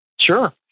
Sure